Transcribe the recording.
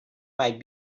might